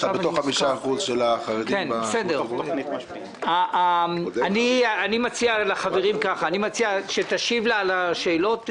יורם כהן, אני מציע שתשיב לה על השאלות.